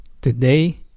Today